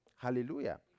Hallelujah